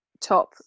top